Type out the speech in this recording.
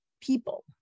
people